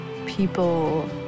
People